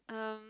um